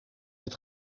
het